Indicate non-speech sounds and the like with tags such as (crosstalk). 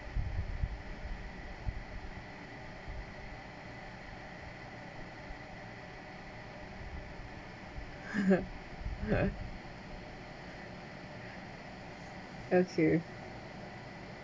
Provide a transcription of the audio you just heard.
(laughs) okay